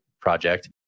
project